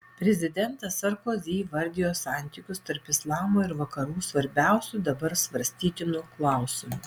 prezidentas sarkozi įvardijo santykius tarp islamo ir vakarų svarbiausiu dabar svarstytinu klausimu